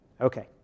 Okay